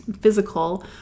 physical